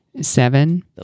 Seven